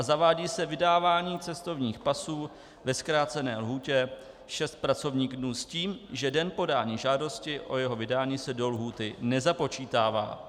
Zavádí se vydávání cestovních pasů ve zkrácené lhůtě 6 pracovních dnů s tím, že den podání žádosti o jeho vydání se do lhůty nezapočítává.